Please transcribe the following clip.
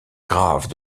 graves